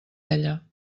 ella